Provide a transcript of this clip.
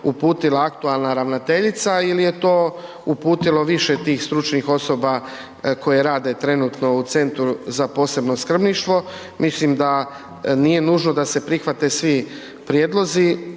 uputila aktualna ravnateljica ili je to uputilo više tih stručnih osoba koje rade trenutno u Centru za posebno skrbništvo. Mislim da nije nužno da se prihvate svi prijedlozi,